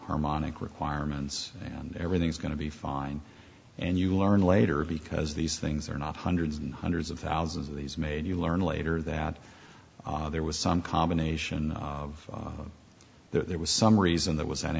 harmonic requirements and everything is going to be fine and you learn later because these things are not hundreds and hundreds of thousands of these made you learn later that there was some combination of there was some reason there was an